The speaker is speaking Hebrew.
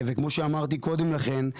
כמו שאמרתי קודם לכן,